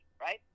right